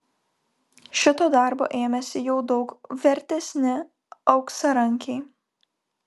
šito darbo ėmėsi jau daug vertesni auksarankiai